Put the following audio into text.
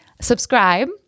Subscribe